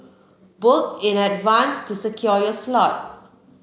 book in advance to secure your slot